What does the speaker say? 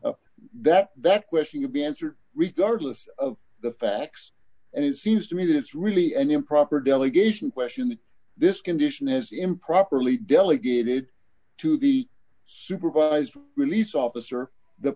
not that that question would be answered regardless of the facts and it seems to me that it's really an improper delegation question that this condition is improperly delegated to be supervised release office or the